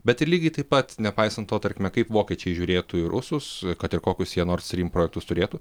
bet ir lygiai taip pat nepaisant to tarkime kaip vokiečiai žiūrėtų į rusus kad ir kokius jie nors rim projektus turėtų